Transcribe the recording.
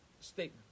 statement